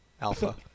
Alpha